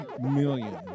million